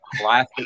classic